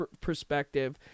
perspective